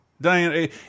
Diane